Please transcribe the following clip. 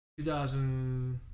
2000